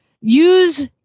use